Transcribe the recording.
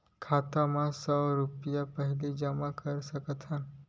खाता मा सौ रुपिया पहिली जमा कर सकथन?